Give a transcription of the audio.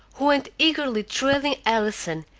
who went eagerly trailing allison,